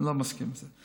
לא מסכים עם זה.